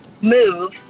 move